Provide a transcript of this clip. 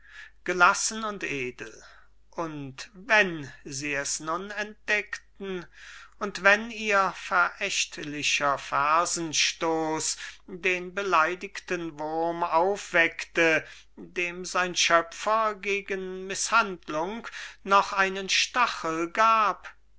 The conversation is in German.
gelassen und edel und wenn sie es nun entdeckten und wenn ihr verächtlicher fersenstoß den beleidigten wurm aufweckte dem sein schöpfer gegen mißhandlung noch einen stachel gab